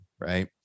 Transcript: right